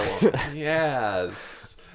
Yes